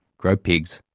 grow pigs,